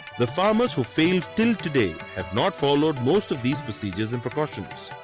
the farmers who failed till today have not followed most of these procedures and precautions.